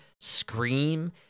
scream